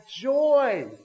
joy